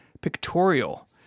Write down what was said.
Pictorial